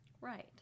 Right